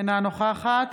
אינה נוכחת